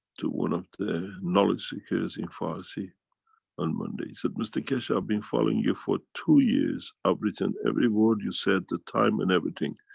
to one of the knowledge seekers in farsi on monday. he said, mr. keshe, i have been following you, for two years i've written every word you said, the time and everything.